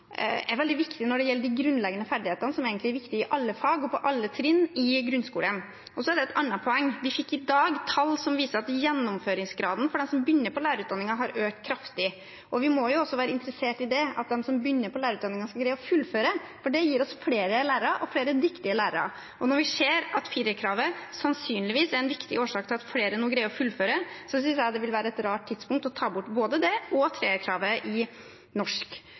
er veldig viktige når det gjelder de grunnleggende ferdighetene, som egentlig er viktige i alle fag og på alle trinn i grunnskolen. Og så er det et annet poeng: Vi fikk i dag tall som viser at gjennomføringsgraden for dem som begynner på lærerutdanningen, har økt kraftig. Vi må også være interessert i det – at de som begynner på lærerutdanningen, skal greie å fullføre, for det gir oss flere lærere og flere dyktige lærere. Når vi ser at firerkravet sannsynligvis er en viktig årsak til at flere nå greier å fullføre, synes jeg det ville være et rart tidspunkt å ta bort både det og treerkravet i norsk.